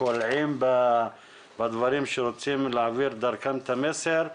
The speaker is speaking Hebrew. קולעים בדברים שרוצים להעביר דרכם את המסר.